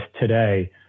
today